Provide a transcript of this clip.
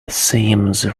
seems